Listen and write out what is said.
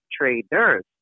traders